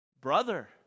Brother